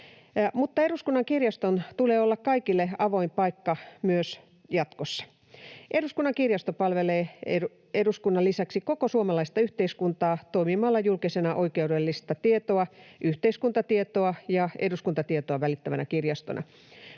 Eduskunnan kirjaston tulee olla kaikille avoin paikka myös jatkossa. Eduskunnan kirjasto palvelee eduskunnan lisäksi koko suomalaista yhteiskuntaa toimimalla julkisena oikeudellista tietoa, yhteiskuntatietoa ja eduskuntatietoa välittävänä kirjastona.